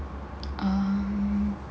arr